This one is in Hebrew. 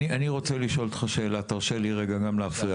אני גם רוצה לשאול אותך שאלה, תרשה לי רגע.